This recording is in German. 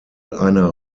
einer